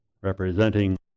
representing